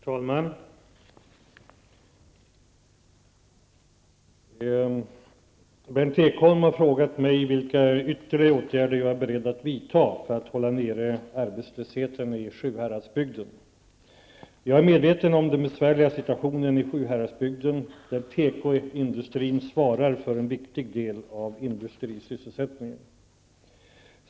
Fru talman! Berndt Ekholm har frågat mig vilka ytterligare åtgärder jag är beredd att vidta för att hålla nere arbetslösheten i Sjuhäradsbygden. Jag är medveten om den besvärliga situationen i Sjuhäradsbygden, där tekoindustrin svarar för en viktig del av industrisysselsättningen.